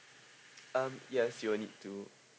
um yes you will need to